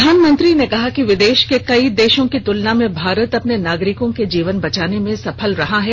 प्रधानमंत्री ने कहा कि विदेश के कई देशों की तुलना में भारत अपने नागरिकों के जीवन बचाने में सफल रहा है